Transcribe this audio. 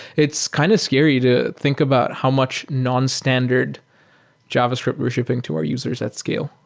it's kind of scary to think about how much nonstandard javascript worshiping to our users at scale,